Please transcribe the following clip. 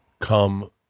come